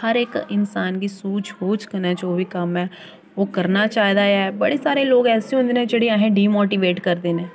हर इक इंसान गी सूझ बूझ कन्नै जो बी कम्म ऐ ओह् करना चाहि्दा ऐ बड़े सारे लोक ऐसे होंदे न जेह्ड़े असें ई डिमोटिवेट करदे न